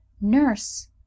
Nurse